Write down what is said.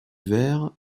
verre